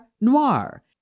Noir